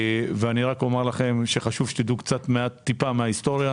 אני רק אומר לכם שחשוב שתדעו טיפה מההיסטוריה.